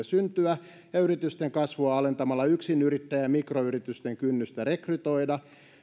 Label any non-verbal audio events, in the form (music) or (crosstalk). (unintelligible) syntyä ja yritysten kasvua alentamalla yksinyrittäjien ja mikroyritysten kynnystä rekrytoida